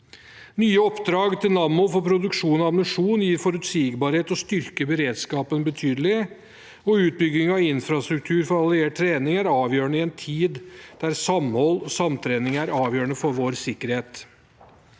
Nye oppdrag til Nammo for produksjon av ammunisjon gir forutsigbarhet og styrker beredskapen betydelig. Utbygging av infrastruktur for alliert trening er avgjørende i en tid der samhold og samtrening er avgjørende for vår sikkerhet.